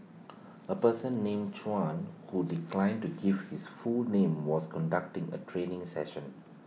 A person named Chuan who declined to give his full name was conducting A training session